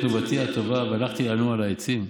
תנובתי הטובה והלכתי לנוע על העצים.